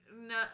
no